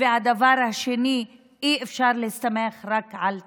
דבר שני, אי-אפשר להסתמך רק על צדקה,